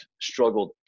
struggled